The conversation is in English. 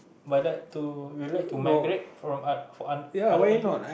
but like to you like to migrate from a for oth~ for other country